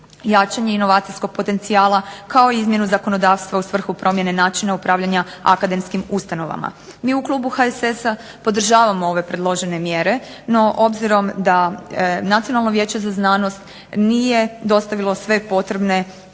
jačanje inovacijskog potencijala kao i izmjenu zakonodavstva u svrhu promjene načina upravljanja akademskim ustanovama. Mi u klubu HSS-a podržavamo ove predložene mjere, no obzirom da Nacionalno vijeće za znanost nije dostavilo sve potrebne